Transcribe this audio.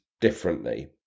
differently